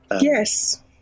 Yes